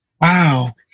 Wow